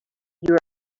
you